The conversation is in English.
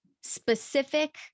specific